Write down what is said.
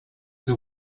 who